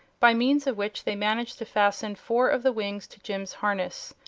by means of which they managed to fasten four of the wings to jim's harness,